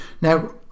Now